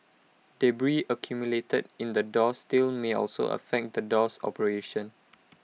debris accumulated in the door sill may also affect the door's operation